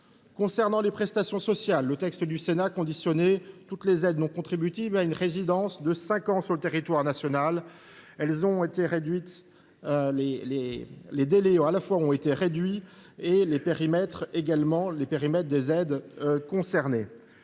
Concernant les prestations sociales, le texte du Sénat conditionnait toutes les aides non contributives à une résidence stable de cinq ans sur le territoire national. Ce délai a été réduit, ainsi que le périmètre des aides concernées.